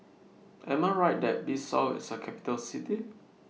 Am I Right that Bissau IS A Capital City